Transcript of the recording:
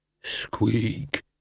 Squeak